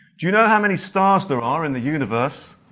do you know how many stars there are in the universe?